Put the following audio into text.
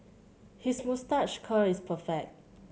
his moustache curl is perfect